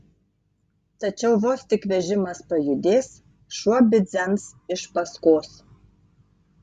tačiau vos tik vežimas pajudės šuo bidzens iš paskos